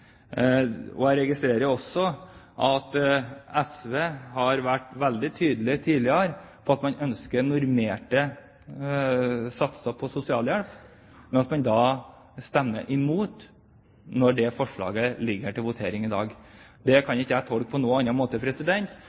vært veldig tydelig på at man ønsker normerte satser på sosialhjelp, stemmer imot når dette forslaget ligger her til votering i dag. Det kan jeg ikke tolke på noen annen måte